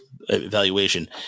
evaluation